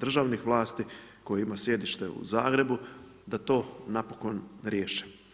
državnih vlasti koje ima sjedište u Zagrebu da to napokon riješe.